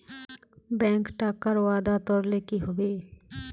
bank टाकार वादा तोरले कि हबे